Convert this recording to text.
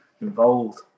involved